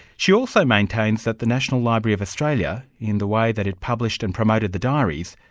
she also maintains that the national library of australia, in the way that it published and promoted the diaries,